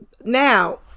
now